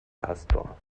pastor